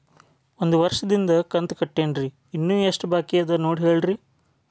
ಒಂದು ವರ್ಷದಿಂದ ಕಂತ ಕಟ್ಟೇನ್ರಿ ಇನ್ನು ಎಷ್ಟ ಬಾಕಿ ಅದ ನೋಡಿ ಹೇಳ್ರಿ